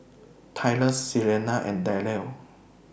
Tyrus Selena and Darell